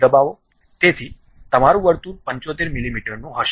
તેથી તમારું વર્તુળ 75 મિલીમીટરનું હશે